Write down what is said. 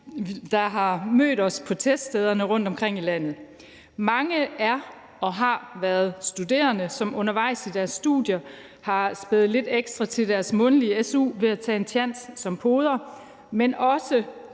der har mødt os på teststederne rundtomkring i landet. Mange af dem er og har været studerende, som undervejs i deres studier har spædet lidt ekstra til deres månedlige su ved at tage en tjans som poder, men også